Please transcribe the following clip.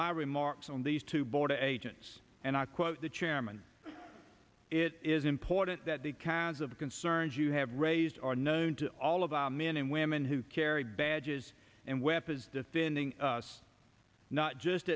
my remarks on these two border agents and i quote the chairman it it is important that the cans of concerns you have raised are known to all of our men and women who carry badges and weapons defending us not just